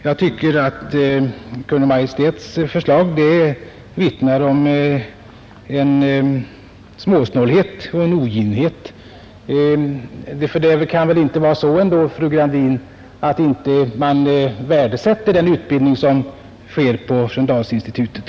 Jag tycker att Kungl. Maj:ts förslag vittnar om småsnålhet och oginhet. Det kan väl ändå inte vara så, fru Gradin, att man inte värdesätter den utbildning som sker på Sköndalsinstitutet?